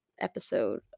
episode